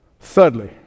Thirdly